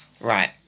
right